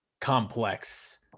complex